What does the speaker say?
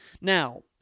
Now